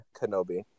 Kenobi